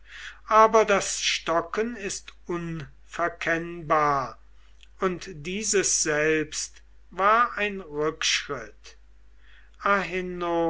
aber das stocken ist unverkennbar und dieses selbst war ein rückschritt